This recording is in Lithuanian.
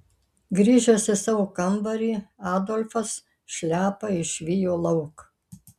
grįžęs į savo kambarį adolfas šliapą išvijo lauk